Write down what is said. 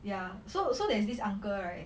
ya so so there's this uncle right